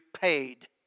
paid